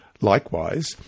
Likewise